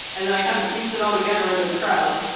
and then i kind of pieced it all together into a crowd